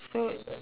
so